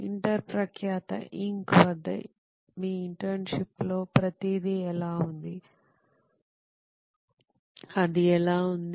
inter ప్రఖ్యాత Inc వద్ద మీ ఇంటర్న్షిప్ లో ప్రతిదీ ఎలా ఉంది అది ఎలా ఉంది